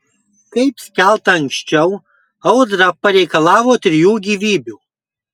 kaip skelbta anksčiau audra pareikalavo trijų gyvybių